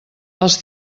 els